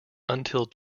until